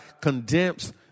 condemns